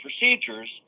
procedures